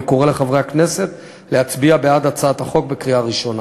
אני קורא לחברי הכנסת להצביע בעד הצעת החוק בקריאה הראשונה.